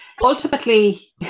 ultimately